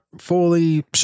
fully